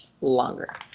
longer